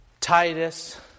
Titus